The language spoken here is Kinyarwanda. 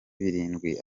birindwi